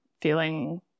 feeling